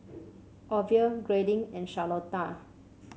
Orville Grayling and Charlotta